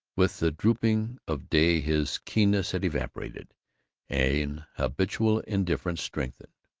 with the drooping of day his keenness had evaporated an habitual indifference strengthened,